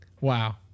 Wow